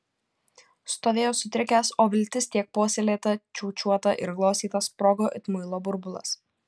stovėjo sutrikęs o viltis tiek puoselėta čiūčiuota ir glostyta sprogo it muilo burbulas